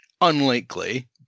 unlikely